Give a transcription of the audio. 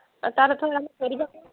ତାର ସାର୍ ଆମେ କରିବା କ'ଣ